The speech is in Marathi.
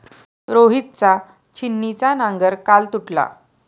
रोहितचा छिन्नीचा नांगर काल तुटला